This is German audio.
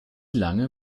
lange